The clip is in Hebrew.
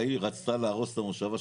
ההיא רצתה להרוס את המושבה שלך?